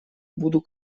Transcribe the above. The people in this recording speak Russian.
буду